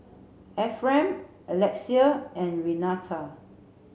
Ephram Alexia and Renata